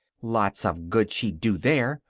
lots of good she'd do there.